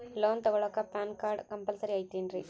Loan ತೊಗೊಳ್ಳಾಕ PAN card compulsory ಐಯ್ತೇನ್ರಿ?